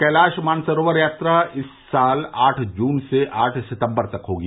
कैलाश मानसरोवर यात्रा इस साल आठ जून से आठ सितम्बर तक होगी